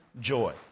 joy